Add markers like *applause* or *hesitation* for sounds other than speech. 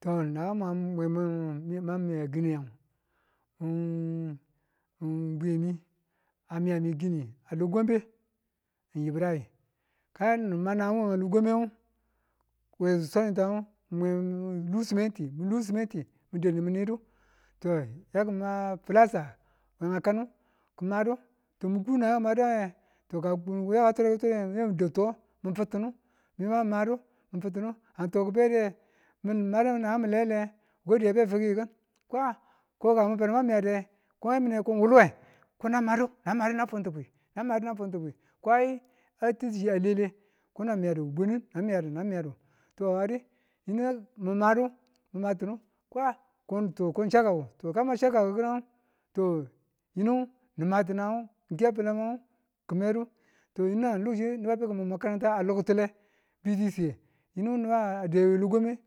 To dan ngu ma mwe mi miya kine ngu *hesitation* bwiyemi amiyami kine a logombe n ibrai kan ngu ni ma nangan ngu we logombe ngu nanga swaniten ngu do siminti min do siminti madadu mi nidu to yaki ma toh we kanu kimadu de to miku nangaku ki madan nge to ka kun ko yaka tware kitwarime mi dau to mi fittinu mi ma madu mifittinu ka n to kibede n madu kinan m layulaye. wuka kidi abe fuki ko a kami badu ma miyade ko ng wuluwe konan madu na madu na funtibwi nan madu nan funtibei ko titu chi alele ko nan miyadu bwenin namiadu na miyadu ari yinu mi madu mi matinu ko a koto n chaukaku nan madu to kan ngu ma chaukaku mi madan ngu yinu nimati nangan ngu ke falan mangu kimedu ymu na nibu ki muw makaranta alo kitule VTC yinu niba daye we logombe